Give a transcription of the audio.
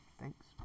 thanks